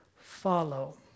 follow